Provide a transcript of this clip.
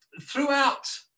throughout